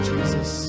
Jesus